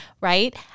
right